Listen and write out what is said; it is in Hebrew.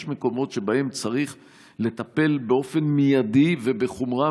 יש מקומות שבהם צריך לטפל באופן מיידי ובחומרה,